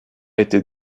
été